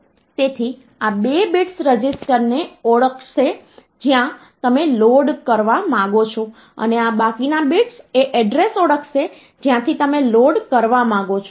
તેથી આ બે બિટ્સ રજિસ્ટરને ઓળખશે જ્યાં તમે લોડ કરવા માંગો છો અને આ બાકીના બિટ્સ એ એડ્રેસ ઓળખશે જ્યાંથી તમે લોડ કરવા માંગો છો